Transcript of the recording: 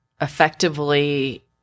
effectively